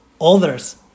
Others